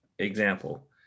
Example